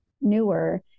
newer